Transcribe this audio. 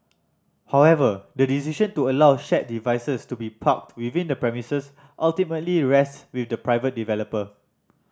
however the decision to allow shared devices to be parked within the premises ultimately rests with the private developer